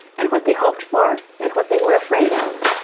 and what they hoped for and what they were afraid of.